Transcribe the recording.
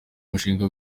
mushinga